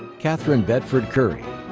catherine bedford curry.